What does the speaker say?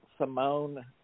Simone